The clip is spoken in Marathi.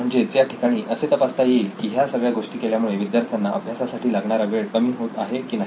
म्हणजेच या ठिकाणी असे तपासता येईल की ह्या सगळ्या गोष्टी केल्यामुळे विद्यार्थ्यांना अभ्यासासाठी लागणारा वेळ कमी होत आहे की नाही